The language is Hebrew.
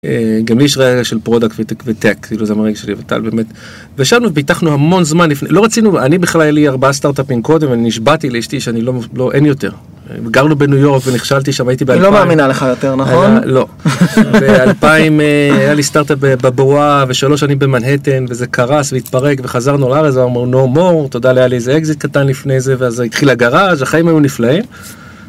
גם לי יש רגע של פרודק וטק, זה מרגש לי וטל, באמת. ושם פיתחנו המון זמן לפני, לא רצינו, אני בכלל היה לי ארבעה סטארט-אפים קודם ואני נשבעתי לאשתי שאני לא, אין יותר. גרנו בניו יורק ונכשלתי שם, הייתי באלפיים. היא לא מאמינה עליך יותר, נכון? לא. באלפיים היה לי סטארט-אפ בבועה ושלוש שנים במנהטן וזה קרס והתפרק וחזרנו לארץ ואמרו נו מור, תודה, היה לי איזה אקזיט קטן לפני זה ואז התחיל הגרז, החיים היו נפלאים.